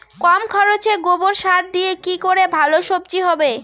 কম খরচে গোবর সার দিয়ে কি করে ভালো সবজি হবে?